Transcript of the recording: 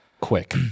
quick